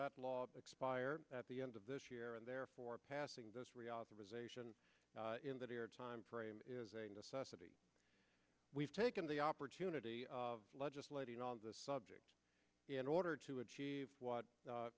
the law expire at the end of this year and therefore passing this reauthorization in that air time frame is a necessity we've taken the opportunity of legislating on this subject in order to achieve what